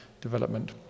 development